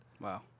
Wow